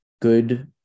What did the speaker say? good